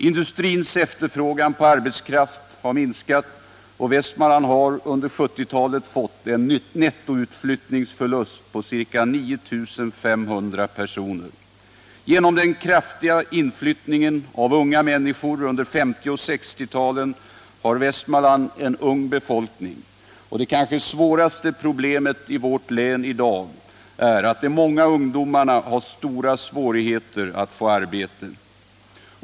Industrins efterfrågan på arbetskraft har minskat, och Västmanland har under 1970-talet fått en nettoutflyttningsförlust på ca 9 500 personer. Genom den kraftiga inflyttningen av unga människor under 1950 och 1960-talen har Västmanland en ung befolkning, och det kanske svåraste problemet i vårt län i dag är att de många ungdomarna har stora svårigheter att få arbete.